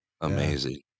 amazing